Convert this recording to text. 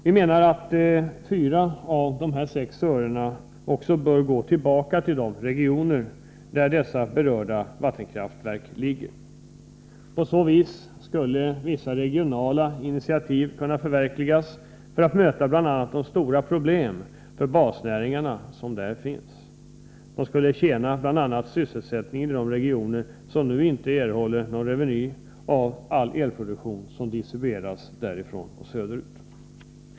Vi menar att 4 av dessa 6 öre bör gå tillbaka till de regioner där de berörda vattenkraftverken ligger. På så vis skulle vissa regionala initiativ kunna förverkligas för att möta bl.a. de stora problem för basnäringarna som där finns. Dessa skulle tjäna bl.a. sysselsättningen i de regioner som nu inte har någon reveny av all elproduktion som distribueras söderut.